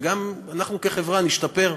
וגם אנחנו כחברה נשתפר,